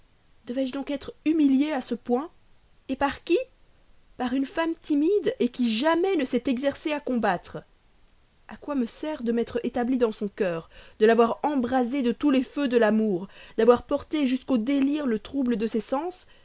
devais-je donc être humilié à ce point par qui par une femme timide qui jamais ne s'est exercée à combattre a quoi me sert de m'être établi dans son cœur de l'avoir embrasé de tous les feux de l'amour d'avoir porté jusqu'au délire le trouble de ses sens